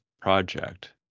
project